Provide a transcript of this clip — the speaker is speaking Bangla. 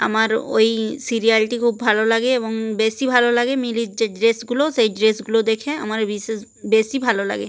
আমার ওই সিরিয়ালটি খুব ভালো লাগে এবং বেশি ভালো লাগে মিলির যে ড্রেসগুলো সেই ড্রেসগুলো দেখে আমার বিশেষ বেশি ভালো লাগে